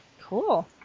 Cool